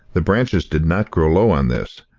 the branches did not grow low on this,